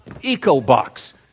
eco-box